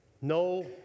No